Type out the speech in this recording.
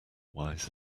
wise